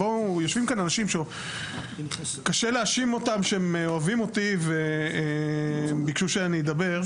יושבים כאן אנשים שקשה להאשים אותם והם אוהבים אותי וביקשו שאני אדבר.